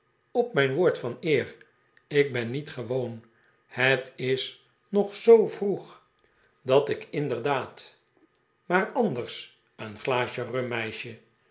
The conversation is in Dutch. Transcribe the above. op mijn woord van eer ik ben niet gewoon het is nog zoo vroeg dat ik inderdaad maar anders een glaasje rum meisje